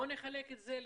בוא נחלק את זה לחצי,